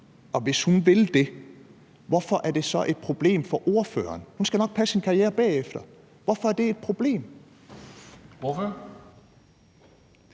Og hvis hun vil det, hvorfor er det så et problem for ordføreren? Hun skal nok passe sin karriere bagefter. Hvorfor er det et problem?